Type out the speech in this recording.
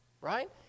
Right